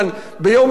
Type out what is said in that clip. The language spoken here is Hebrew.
ביום אחד.